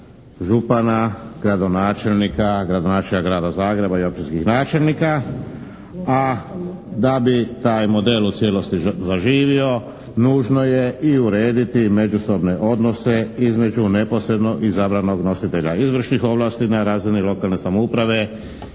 župana, gradonačelnika, gradonačelnika Grada Zagreba i općinskih načelnika, a da bi taj model u cijelosti zaživio nužno je i urediti međusobne odnose između neposredno izabranog nositelja izvršnih ovlasti na razini lokalne samouprave